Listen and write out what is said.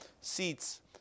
seats